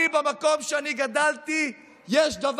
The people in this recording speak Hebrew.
אני, במקום שאני גדלתי בו,